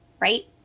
right